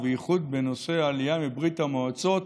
ובייחוד בנושא העלייה מברית המועצות,